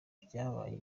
byabaye